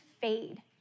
fade